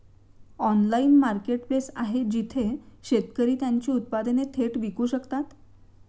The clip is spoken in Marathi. ऑनलाइन मार्केटप्लेस आहे जिथे शेतकरी त्यांची उत्पादने थेट विकू शकतात?